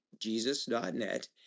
jesus.net